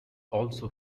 also